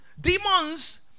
demons